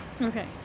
Okay